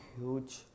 huge